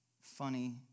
funny